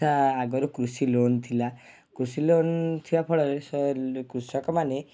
ଯଥା ଆଗରୁ କୃଷି ଲୋନ୍ ଥିଲା କୃଷି ଲୋନ୍ ଥିବା ଫଳରେ କୃଷକ ମାନେ